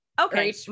okay